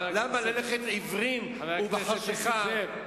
למה ללכת עיוורים ובחשכה?